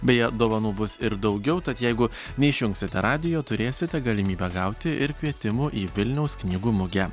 beje dovanų bus ir daugiau tad jeigu neišjungsite radijo turėsite galimybę gauti ir kvietimų į vilniaus knygų mugę